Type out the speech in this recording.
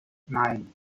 nine